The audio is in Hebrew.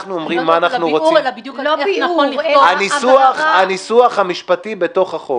זה לא ביאור, אלא --- הניסוח המשפטי בחוק.